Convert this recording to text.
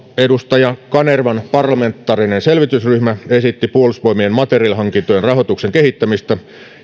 edustaja kanervan parlamentaarinen selvitysryhmä esitti puolustusvoimien materiahankintojen rahoituksen kehittämistä